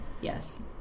Yes